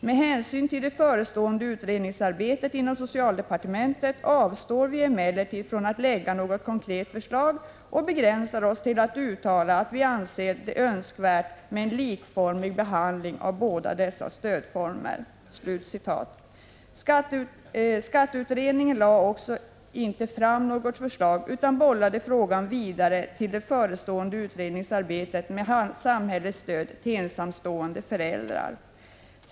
Med hänsyn till det förestående utredningsarbetet inom socialdepartementet avstår vi emellertid från att lägga något konkret förslag och begränsar oss till att uttala att vi anser det önskvärt med en likformig behandling av de båda stödformerna.” Skatteutredningen lade inte fram något förslag utan bollade frågan vidare till det förestående utredningsarbetet med samhällets stöd till ensamstående föräldrar.